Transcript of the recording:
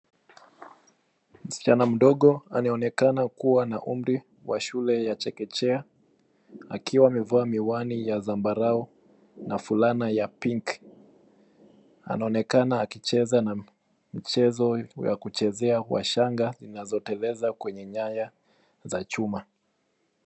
Msichana mdogo anayeonekana kuwa na umri wa shule ya chekechea akiwa amevaa miwani ya zambarau na fulana ya pink . Anaonekana akicheza mchezo wa kuchezea wa shanga zinazoteleza kwenye nyaya za chuma.